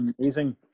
amazing